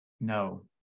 No